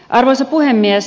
arvoisa puhemies